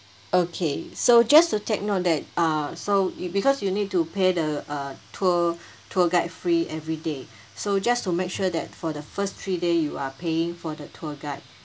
okay so just to take note that uh so you because you need to pay the uh tour tour guide fee everything so just to make sure that for the first three day you are paying for the tour guide